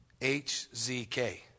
HZK